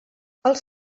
els